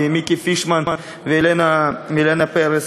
מיקי פישמן וילנה פרס.